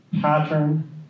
pattern